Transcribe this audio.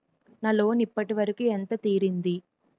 నా లోన్ ఇప్పటి వరకూ ఎంత తీరింది?